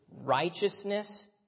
righteousness